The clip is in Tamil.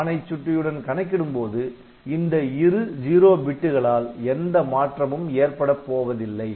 ஆணை சுட்டியுடன் கணக்கிடும்போது இந்த இரு "0" பிட்டுகளால் எந்த மாற்றமும் ஏற்படப்போவதில்லை